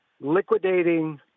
liquidating